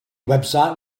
website